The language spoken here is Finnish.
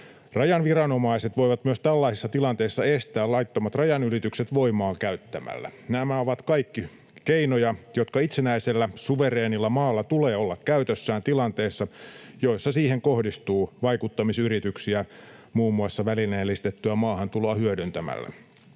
Rajan viranomaiset voivat myös tällaisissa tilanteissa estää laittomat rajanylitykset voimaa käyttämällä. Nämä ovat kaikki keinoja, jotka itsenäisellä, suvereenilla maalla tulee olla käytössään tilanteissa, joissa siihen kohdistuu vaikuttamisyrityksiä muun muassa välineellistettyä maahantuloa hyödyntämällä.